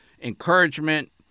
encouragement